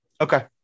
Okay